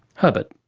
herbert.